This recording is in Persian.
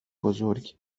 بزرگ